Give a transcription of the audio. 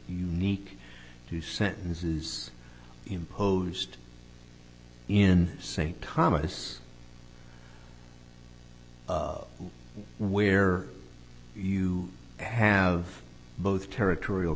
unique to sentences imposed in st thomas where you have both territorial